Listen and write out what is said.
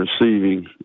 receiving